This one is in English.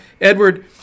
Edward